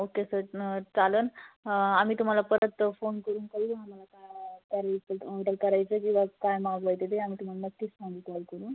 okay सेटनं चालंन आम्ही तुम्हाला परत फोन करून कळवू आम्हाला काय डन करायचं आहे किंवा काय मागवायचं आहे ते आम्ही तुम्हाला नक्कीच फोन कॉल करू